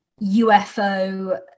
ufo